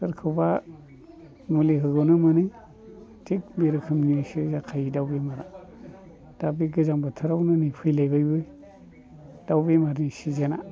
सोरखौबा मुलि होबावनो मोनो थिख बे रोखोमनि एसे जाखायो दाउ बेमारा दा बे गोजां बोथोरावनो नै फैलायबायबो दाउ बेमारनि सिजोना